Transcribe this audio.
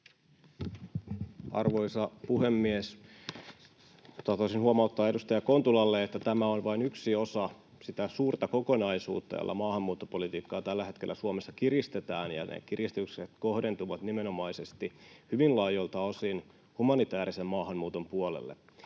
Arvoisa puhemies! Tahtoisin huomauttaa edustaja Kontulalle, että tämä on vain yksi osa sitä suurta kokonaisuutta, jolla maahanmuuttopolitiikkaa tällä hetkellä Suomessa kiristetään, ja ne kiristykset kohdentuvat nimenomaisesti hyvin laajoilta osin humanitäärisen maahanmuuton puolelle.